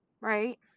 right